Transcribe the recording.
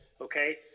okay